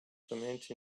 ferment